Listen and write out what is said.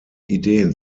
ideen